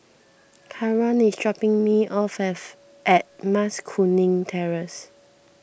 Caron is dropping me off at Mas Kuning Terrace